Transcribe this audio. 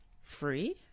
Free